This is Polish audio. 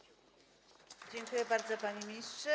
Dziękuję bardzo, panie ministrze.